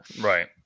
right